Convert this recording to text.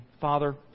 Father